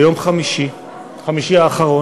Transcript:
ביום חמישי האחרון,